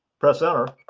press enter.